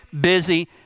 busy